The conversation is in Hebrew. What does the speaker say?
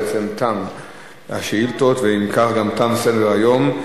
בעצם תמו השאילתות, ואם כך, תם גם סדר-היום.